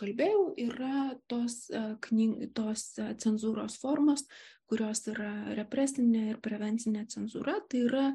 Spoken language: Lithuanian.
kalbėjau yra tos kny tos cenzūros formos kurios yra represinė ir prevencinė cenzūra tai yra